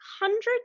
hundreds